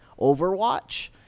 Overwatch